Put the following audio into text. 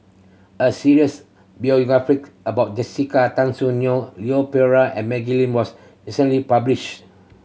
a series about Jessica Tan Soon Neo Leon Perera and Maggie Lim was recently published